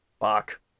Fuck